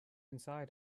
inside